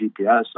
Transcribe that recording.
GPS